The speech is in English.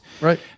right